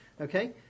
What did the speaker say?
Okay